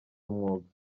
umwuga